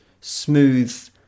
smooth